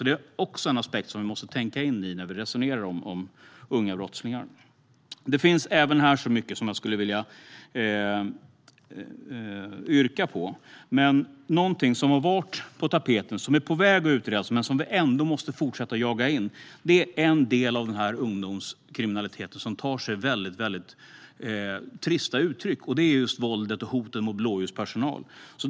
Det är också en aspekt som vi måste ta med när vi resonerar om unga brottslingar. Det finns även här mycket som jag skulle vilja yrka på. Men någonting som har varit på tapeten och som är på väg att utredas, men som vi ändå måste fortsätta att så att säga jaga in är en del av denna ungdomskriminalitet som tar sig mycket trista uttryck. Det handlar om våldet och hoten mot blåljuspersonal.